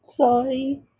Sorry